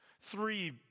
Three